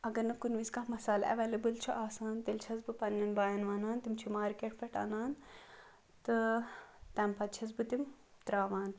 اگر نہٕ کُنہِ وِز کانٛہہ مَسالہٕ اَیٚویلیبٕل چھُ آسان تیٚلہِ چھَس بہٕ پَنٕنن باین وَنان تِم چھِ مارکیٚٹ پیٚٹھ اَنان تہٕ تَمہِ پَتہٕ چھَس بہٕ تِم ترٛاوان